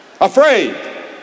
afraid